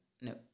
No